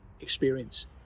experience